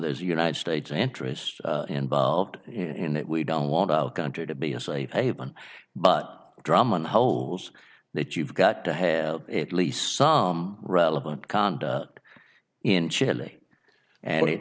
there's united states interests involved in it we don't want our country to be a safe haven but drama in holes that you've got to have it least some relevant conduct in chile a